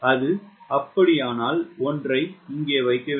அது அப்படியானால் ஒன்றை இங்கே வைக்க வேண்டும்